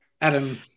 Adam